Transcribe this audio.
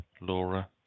Laura